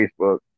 Facebook